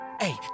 Hey